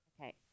Okay